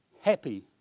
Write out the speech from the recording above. happy